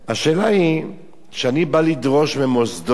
השאלה היא, כשאני בא לדרוש ממוסדות,